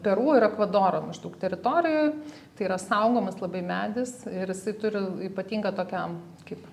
peru ir ekvadoro maždaug teritorijoj tai yra saugomas labai medis ir jisai turi ypatingą tokią kaip